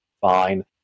Fine